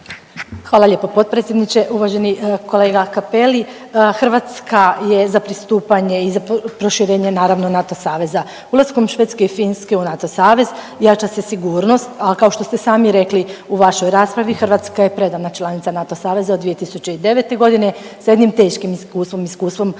Hvala lijepo potpredsjedniče. Uvaženi kolega Cappelli, Hrvatska je za pristupanje i za proširenje naravno NATO saveza. Ulaskom Švedske i Finske u NATO savez jača se sigurnost, a kao što ste sami rekli u vašoj raspravi, Hrvatska je predana članica NATO saveza od 2009.g. sa jednim teškim iskustvom, iskustvom